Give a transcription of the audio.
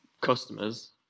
customers